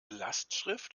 lastschrift